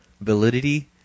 validity